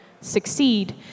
succeed